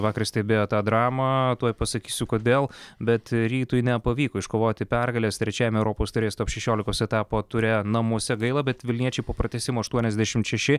vakar stebėjo tą dramą tuoj pasakysiu kodėl bet rytui nepavyko iškovoti pergalės trečiajame europos taurės top šešiolikos etapo ture namuose gaila bet vilniečiai po pratęsimo aštuoniasdešimt šeši